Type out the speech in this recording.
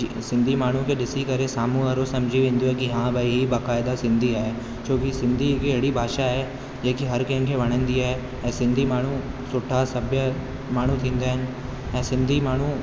जी सिंधी माण्हूअ खे ॾिसी करे साम्हूं वारो समुझी वेंदव की हा भाई ही बाक़ाइदा सिंधी आहे छो की सिंधी हिकिड़ी अहिड़ी भाषा आहे जेकी हर कंहिं खे वणंदी आहे ऐं सिंधी माण्हू सुठा सभ्य माण्हू थींदा आहिनि ऐं सिंधी माण्हू